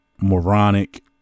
moronic